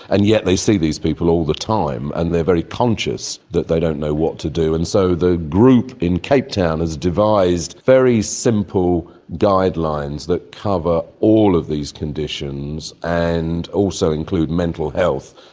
and yet they see these people all the time and they are very conscious that they don't know what to do. and so the group in cape town has devised very simple guidelines that cover all of these conditions, and also include mental health.